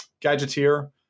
Gadgeteer